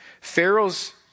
Pharaoh's